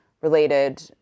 related